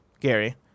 Gary